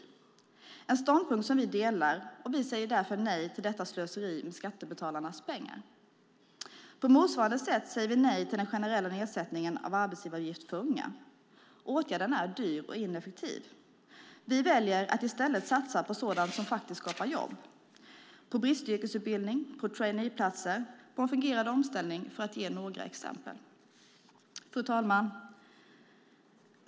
Det är en ståndpunkt som vi delar. Vi säger därför nej till detta slöseri med skattebetalarnas pengar. På motsvarande sätt säger vi nej till den generella nedsättningen av arbetsgivaravgifter för unga. Åtgärden är dyr och ineffektiv. Vi väljer att i stället satsa på sådant som faktiskt skapar jobb, på bristyrkesutbildning, på traineeplatser och på en fungerande omställning, för att ge några exempel. Fru talman!